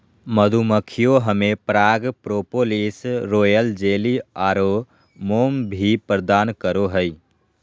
मधुमक्खियां हमें पराग, प्रोपोलिस, रॉयल जेली आरो मोम भी प्रदान करो हइ